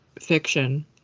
fiction